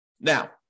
Now